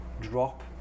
Drop